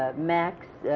ah max